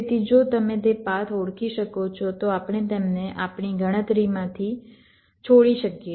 તેથી જો તમે તે પાથ ઓળખી શકો છો તો આપણે તેમને આપણી ગણતરીમાંથી છોડી શકીએ છીએ